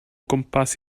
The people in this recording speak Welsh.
gwmpas